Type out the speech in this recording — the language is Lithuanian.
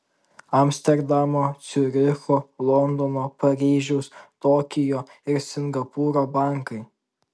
amsterdamo ciuricho londono paryžiaus tokijo ir singapūro bankai